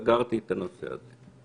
סגרתי את זה הנושא הזה.